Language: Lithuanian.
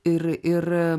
ir ir